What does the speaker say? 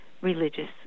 religious